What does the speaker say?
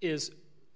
is